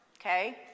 Okay